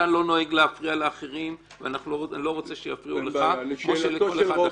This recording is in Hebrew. אתה לא נוהג להפריע לאחרים ואני לא רוצה שיפריעו לך כמו שלכל אחד אחר.